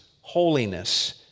holiness